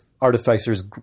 artificers